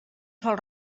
sol